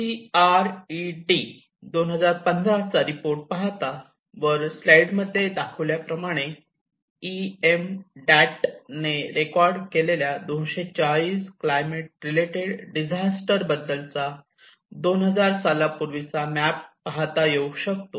CRED 2015 चा report पाहता वर स्लाईड मध्ये दाखविल्याप्रमाणे ईएम डॅट ने रेकॉर्ड केलेल्या 240 क्लायमेट रिलेटेड डिझास्टर बद्दलचा 2000 साला पूर्वीचा मॅप पाहता येऊ शकतो